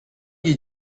you